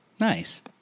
Nice